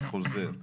אני חוזר,